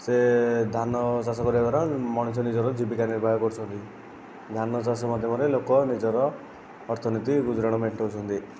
ସେ ଧାନଚାଷ କରିବା ଦ୍ବାରା ମଣିଷ ନିଜର ଜୀବିକା ନିର୍ବାହ କରୁଛନ୍ତି ଧାନଚାଷ ମାଧ୍ୟମରେ ଲୋକ ନିଜର ଅର୍ଥନୀତି ଗୁଜୁରାଣ ମେଣ୍ଟାଉଛନ୍ତି